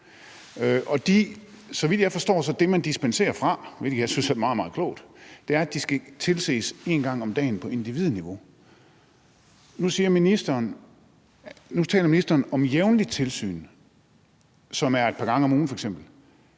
Så vidt jeg forstår, er det, man dispenserer fra – hvilket jeg synes er meget, meget klogt – at de skal tilses en gang om dagen på individniveau. Nu taler ministeren om jævnligt tilsyn, som er et par gange om ugen f.eks.